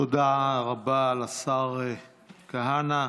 תודה רבה לשר כהנא.